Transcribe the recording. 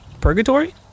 Purgatory